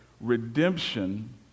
redemption